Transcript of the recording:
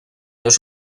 los